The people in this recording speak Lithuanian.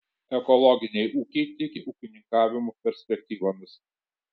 ekologiniai ūkiai tiki ūkininkavimo perspektyvomis